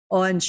on